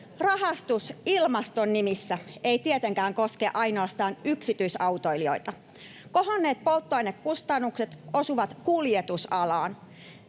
Rahastus ilmaston nimissä ei tietenkään koske ainoastaan yksi-tyisautoilijoita. Kohonneet polttoainekustannukset osuvat kuljetusalaan.